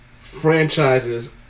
franchises